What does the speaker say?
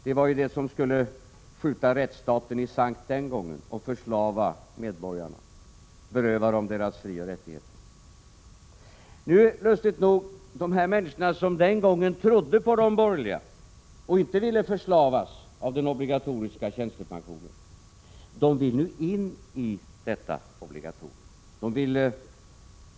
ATP var det som den gången skulle skjuta rättsstaten i sank, förslava medborgarna och beröva dem deras frioch rättigheter. De människor som den gången trodde på de borgerliga och inte ville förslavas under den obligatoriska tjänstepensionen vill nu, lustigt nog, in i detta obligatorium.